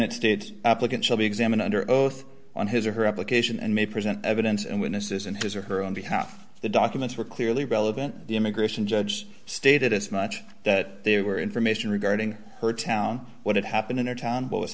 that state applicants will be examined under oath on his or her application and may present evidence and witnesses in his or her own behalf the documents were clearly relevant the immigration judge stated as much that they were information regarding her town what had happened in our town but was